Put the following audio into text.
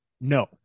No